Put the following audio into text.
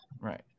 Right